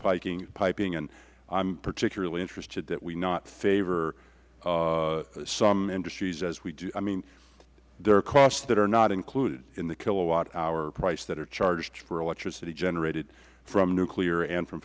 epiping and i am particularly interested that we not favor some industries as we do i mean there are costs that are not included in the kilowatt hour price that are charged for electricity generated from nuclear and from